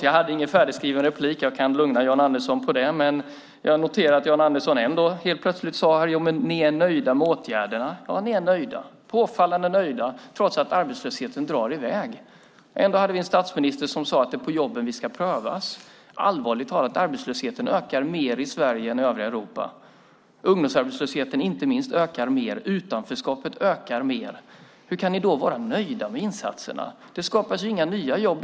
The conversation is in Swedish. Jag hade ingen färdigskriven replik, det kan jag lugna Jan Andersson med. Men jag noterade att Jan Andersson helt plötsligt sade här att ni är nöjda med åtgärderna. Ja, ni är nöjda, påfallande nöjda, trots att arbetslösheten drar i väg. Ändå har vi en statsminister som sade att det är på jobben vi ska prövas. Allvarligt talat, arbetslösheten ökar mer i Sverige än i övriga Europa! Inte minst ungdomsarbetslösheten ökar mer. Utanförskapet ökar mer. Hur kan ni då vara nöjda med insatserna? De skapar ju inga nya jobb.